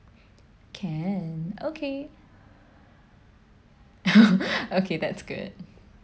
can okay okay that's good